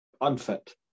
Unfit